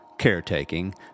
caretaking